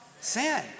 sin